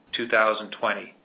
2020